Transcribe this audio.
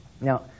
Now